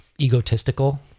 egotistical